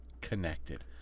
connected